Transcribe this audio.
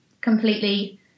completely